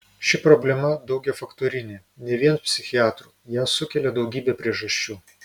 ši problema daugiafaktorinė ne vien psichiatrų ją sukelia daugybė priežasčių